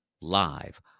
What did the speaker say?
Live